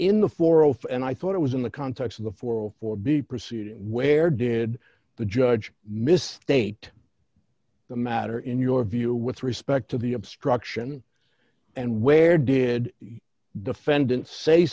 forest and i thought it was in the context of the four for be proceeding where did the judge miss state the matter in your view with respect to the obstruction and where did the defendant say